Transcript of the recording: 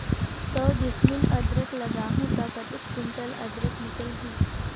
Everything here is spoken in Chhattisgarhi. सौ डिसमिल अदरक लगाहूं ता कतेक कुंटल अदरक निकल ही?